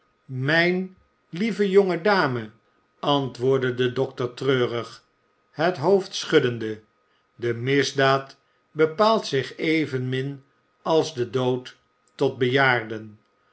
mijn lieve jonge dame antwoordde de dokter treurig het hoofd schuddende de misdaad bepaalt zich evenmin a's de dood tot bejaarden